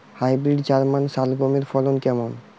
Hybrid German শালগম এর ফলন কেমন?